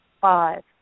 Five